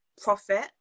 profit